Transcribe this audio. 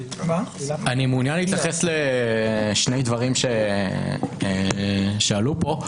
אני מעוניין להתייחס לשני דברים שעלו פה.